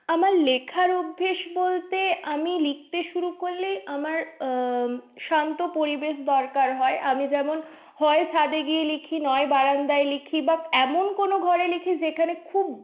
আমার লেখার অভ্যেস বলতে আমি লিখতে শুরু করলেই আমার শান্ত পরিবেশ দরকার হয় আমি যেমন হয় ছাদে গিয়ে লিখি নয় বারান্দায় লিখি বা এমন কোনো ঘরে লিখি যেখানে খুব